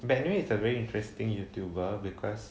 but anyway it's a very interesting youtuber because